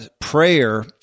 prayer